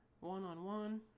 one-on-one